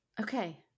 okay